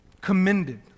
commended